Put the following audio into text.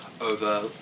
over